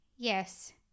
Yes